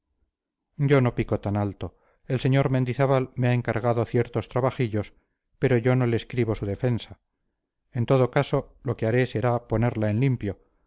yo no pico tan alto el sr mendizábal me ha encargado ciertos trabajillos pero yo no le escribo su defensa en todo caso lo que haré será ponerla en limpio